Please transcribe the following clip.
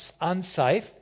unsafe